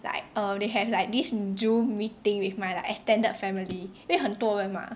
like uh they have like this Zoom meeting with my like extended family 因为很多人 mah